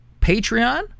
Patreon